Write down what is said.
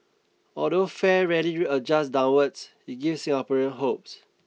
although fare rarely adjusts downwards it gives Singaporeans hopeS